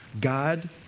God